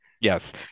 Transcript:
Yes